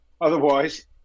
otherwise